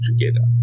together